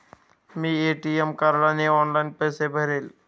मी ATM कार्डने online पैसे भरले